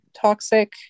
toxic